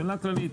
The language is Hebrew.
שאלה כללית.